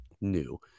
new